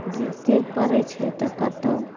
गिर तीर पड़ैत छै तऽ कतहुँ